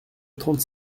trente